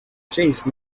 jason